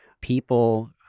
people